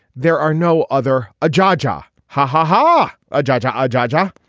there are no other a jar jar hahaha. a jar jar ah jar jar